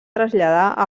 traslladar